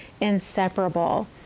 inseparable